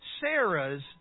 Sarah's